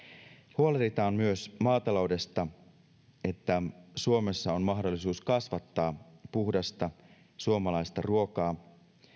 huolehditaan myös maataloudesta että suomessa on mahdollisuus kasvattaa puhdasta suomalaista ruokaa